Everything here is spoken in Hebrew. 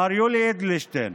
מר יולי אדלשטיין,